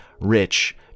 rich